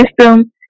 system